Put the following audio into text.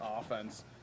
offense